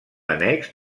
annex